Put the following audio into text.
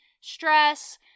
stress